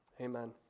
Amen